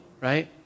right